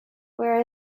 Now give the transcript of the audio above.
where